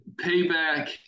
payback